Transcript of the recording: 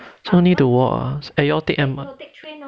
so need to walk ah and you all take M_R~